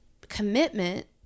commitment